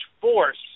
force